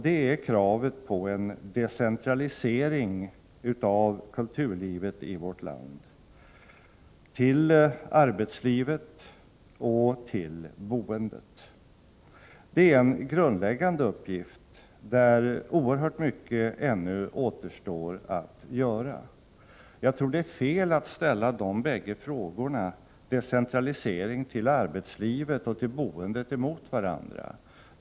Det är kravet på en decentralisering av kulturlivet i vårt land till arbetslivet och till boendet. Det är en grundläggande uppgift där oerhört mycket ännu återstår att göra. Jag tror det är fel att ställa de bägge frågorna, decentralisering till arbetslivet och till boendet, emot varandra.